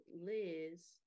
Liz